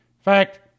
Fact